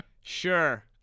Sure